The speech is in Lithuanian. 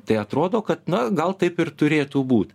tai atrodo kad na gal taip ir turėtų būt